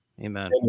Amen